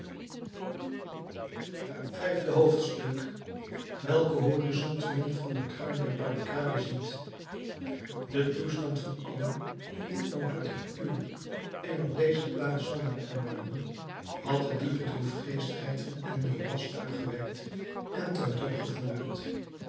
vijfde hoofdstuk welken horizont men van de kruin der barricade ziet de toestand van allen in dit noodlottig uur en op deze plaats zonder erbarmen had de diepe droefgeestigheid van enjolras opgewekt en ten top gevoerd